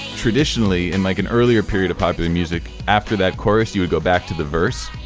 traditionally in like an earlier period of popular music, after that chorus, you would go back to the verse.